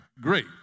great